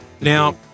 Now